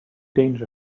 danger